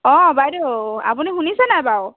অ' বাইদেউ আপুনি শুনিছে নাই বাৰু